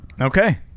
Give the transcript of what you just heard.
Okay